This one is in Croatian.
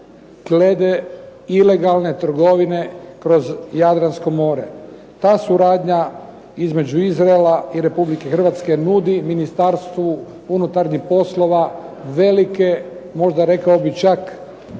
glede ilegalne trgovine kroz Jadransko more. Ta suradnja između Izraela i RH nudi Ministarstvu unutarnjih poslova velike, možda rekao bih čak,